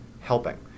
helping